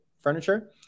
furniture